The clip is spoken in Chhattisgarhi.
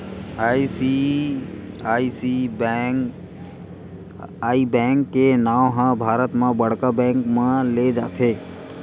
आई.सी.आई.सी.आई बेंक के नांव ह भारत म बड़का बेंक म लेय जाथे